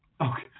Okay